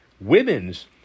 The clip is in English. Women's